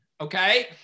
Okay